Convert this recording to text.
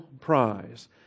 prize